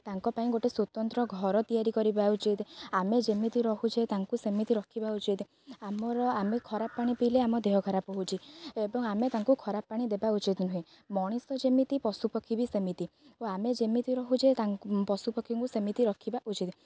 ତାଙ୍କ ପାଇଁ ଗୋଟେ ସ୍ୱତନ୍ତ୍ର ଘର ତିଆରି କରିବା ଉଚିତ ଆମେ ଯେମିତି ରହୁଛେ ତାଙ୍କୁ ସେମିତି ରଖିବା ଉଚିତ ଆମର ଆମେ ଖରାପ ପାଣି ପିଇଲେ ଆମ ଦେହ ଖରାପ ହେଉଛି ଏବଂ ଆମେ ତାଙ୍କୁ ଖରାପ ପାଣି ଦେବା ଉଚିତ ନୁହେଁ ମଣିଷ ଯେମିତି ପଶୁପକ୍ଷୀ ବି ସେମିତି ଓ ଆମେ ଯେମିତି ରହୁଛେ ତା ପଶୁପକ୍ଷୀଙ୍କୁ ସେମିତି ରଖିବା ଉଚିତ